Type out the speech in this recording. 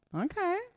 okay